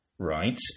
Right